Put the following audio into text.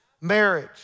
marriage